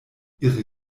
ihre